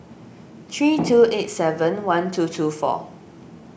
three two eight seven one two two four